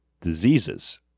diseases